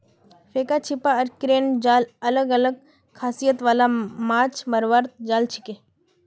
फेका छीपा आर क्रेन जाल अलग अलग खासियत वाला माछ मरवार जाल छिके